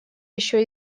еще